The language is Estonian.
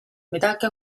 midagi